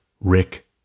Rick